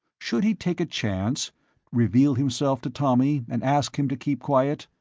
should he take a chance reveal himself to tommy and ask him to keep quiet?